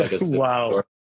wow